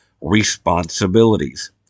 responsibilities